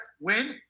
Win